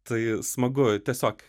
tai smagu tiesiog